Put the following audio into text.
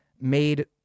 made